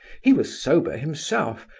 he was sober himself,